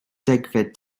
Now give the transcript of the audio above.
degfed